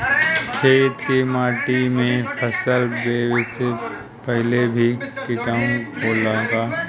खेत के माटी मे फसल बोवे से पहिले भी किटाणु होला का?